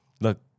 look